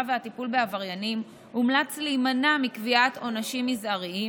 והטיפול בעבריינים הומלץ להימנע מקביעת עונשים מזעריים,